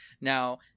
Now